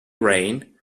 reign